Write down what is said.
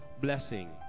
Blessing